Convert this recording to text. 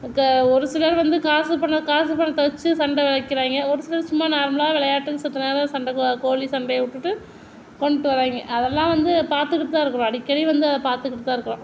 ஒரு சிலர் வந்து காசு பணம் காசு பணத்தை வச்சு சண்டை வளக்குறாங்க ஒரு சிலர் சும்மா நார்மலாக விளையாட்டுக்கு சுற்றினா தான் சண்டை கோழி சண்டையை விட்டுட்டு கொண்டுட்டு வராங்க அதெல்லாம் வந்து பார்த்துக்கிட்டு தான் இருக்கிறோம் அடிக்கடி வந்து அதை பார்த்துக்கிட்டு தான் இருக்கிறோம்